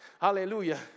hallelujah